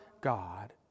God